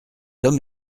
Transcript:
homme